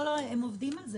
לא, לא, הם עובדים על זה.